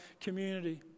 community